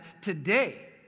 today